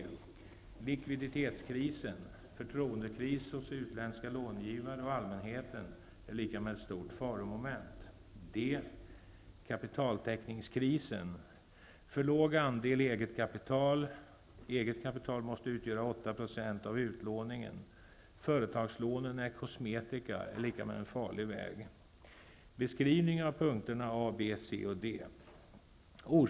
tLikviditetskrisen: Förtroendekris hos utländska långivare och allmänheten innebär stort faromoment. tKapitaltäckningskrisen: För låg andel eget kapital. Eget kapital måste utgöra 8 % av utlåningen. Företagslånen är kosmetika -- en farlig väg.